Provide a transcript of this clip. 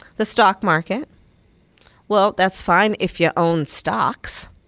the stock market well, that's fine if you own stocks.